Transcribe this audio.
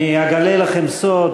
אני אגלה לכם סוד,